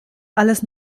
alles